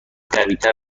قویتر